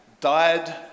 died